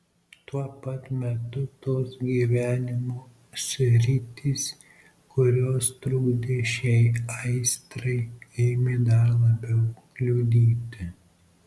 tuo pat metu tos gyvenimo sritys kurios trukdė šiai aistrai ėmė dar labiau kliudyti